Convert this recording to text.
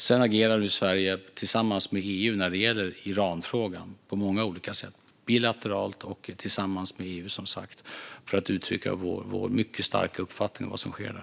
Sedan agerar vi i Sverige tillsammans med EU när det gäller Iranfrågan på många olika sätt - bilateralt och tillsammans med EU, som sagt - för att uttrycka vår mycket starka uppfattning om vad som sker där.